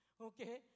okay